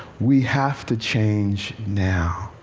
we have to change now.